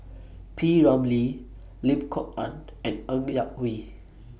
P Ramlee Lim Kok Ann and Ng Yak Whee